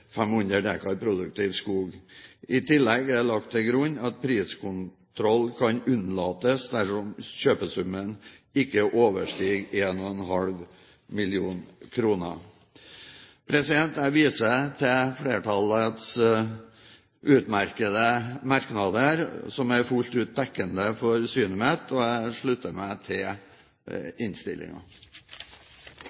500 dekar produktiv skog. I tillegg er det lagt til grunn at priskontroll kan unnlates dersom kjøpesummen ikke overstiger 1,5 mill. kr. Jeg viser til flertallets utmerkede merknader, som er fullt ut dekkende for synet mitt, og jeg slutter meg til